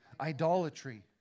idolatry